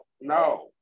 no